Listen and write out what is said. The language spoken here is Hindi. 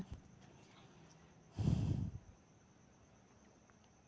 पौधों के लिए सबसे अच्छा उर्वरक कौनसा हैं?